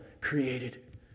Created